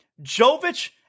Jovic